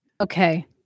Okay